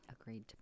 Agreed